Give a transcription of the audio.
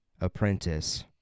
apprentice